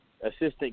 assistant